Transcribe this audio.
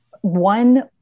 one